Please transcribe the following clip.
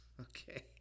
okay